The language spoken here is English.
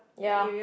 yeah